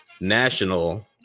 National